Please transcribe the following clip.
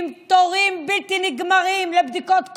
עם תורים בלתי נגמרים לבדיקות קורונה,